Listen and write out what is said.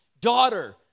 daughter